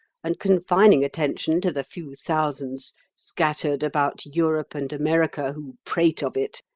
and confining attention to the few thousands scattered about europe and america who prate of it,